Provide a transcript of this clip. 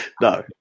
No